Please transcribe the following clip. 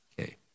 Okay